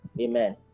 Amen